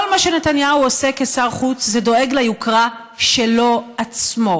כל מה שנתניהו עושה כשר חוץ זה דואג ליוקרה שלו עצמו.